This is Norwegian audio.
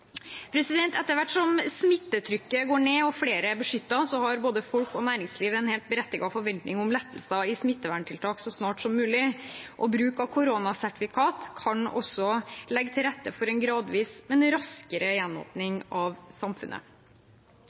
Etter hvert som smittrykket går ned og flere er beskyttet, har både folk og næringsliv en helt berettiget forventning om lettelser i smitteverntiltak så snart som mulig, og bruk av koronasertifikat kan også legge til rette for en raskere gjenåpning av samfunnet.